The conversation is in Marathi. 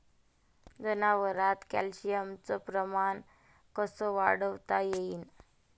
जनावरात कॅल्शियमचं प्रमान कस वाढवता येईन?